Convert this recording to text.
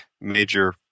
major